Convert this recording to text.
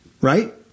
right